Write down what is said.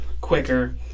quicker